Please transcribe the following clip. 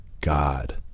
God